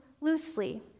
loosely